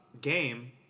game